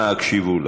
אנא, הקשיבו,